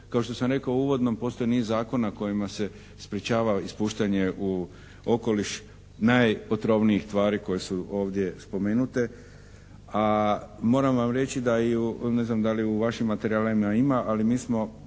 Kao što sam rekao u uvodnom postoji niz zakona kojima se sprečava ispuštanje u okoliš najotrovnijih tvari koje su ovdje spomenute. A moram vam reći da i u, ne znam da li u vašim materijalima ima ali mi smo